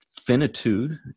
finitude